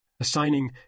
Assigning